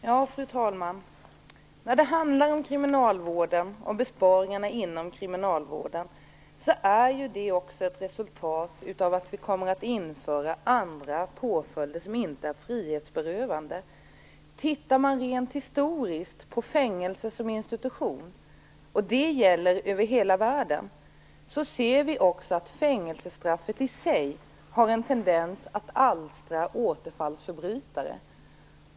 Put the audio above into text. Fru talman! När det gäller kriminalvården och besparingarna inom denna är det ett resultat att vi kommer att införa andra påföljder, som inte är frihetsberövande. Tittar man historiskt på fängelset som institution, och detta gäller över hela världen, ser man att fängelsestraffet i sig har en tendens att alstra återfallsförbrytare.